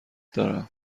دارم